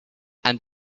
and